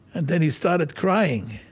and then he started crying.